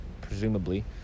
presumably